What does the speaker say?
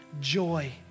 joy